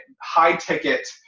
high-ticket